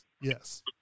Yes